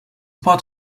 part